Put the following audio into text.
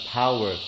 power